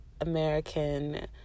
American